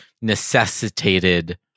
necessitated